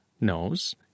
knows